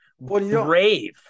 brave